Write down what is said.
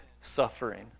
suffering